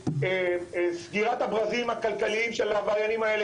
סגירת הברזים הכלכליים של העבריינים האלה